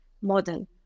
model